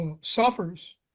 suffers